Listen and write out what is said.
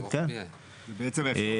כן, זה רוחבי היה.